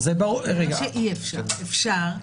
זה לא שאי-אפשר, אפשר.